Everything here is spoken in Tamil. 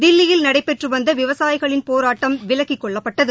தில்லியில் நடைபெற்று வந்த விவசாயிகளின் போராட்டம் விலக்கிக் கொள்ளப்பட்டது